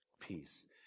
peace